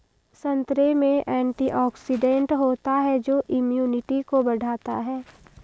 संतरे में एंटीऑक्सीडेंट होता है जो इम्यूनिटी को बढ़ाता है